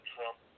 Trump